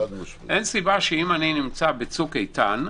אין סיבה שאם אני בצוק איתן,